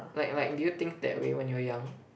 like like do you think that way when you were young